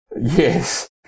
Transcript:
Yes